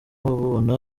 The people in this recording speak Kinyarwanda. bubona